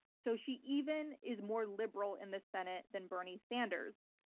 so she even is more liberal in the senate than bernie sanders.